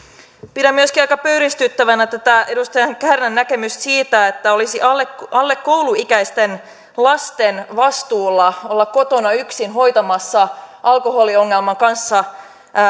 pidän myöskin aika pöyristyttävänä tätä edustaja kärnän näkemystä siitä että olisi alle alle kouluikäisten lasten vastuulla olla kotona yksin hoitamassa alkoholiongelman kanssa